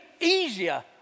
easier